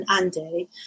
Andy